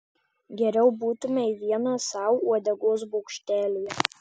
geriau būtumei vienas sau uodegos bokštelyje